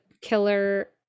killer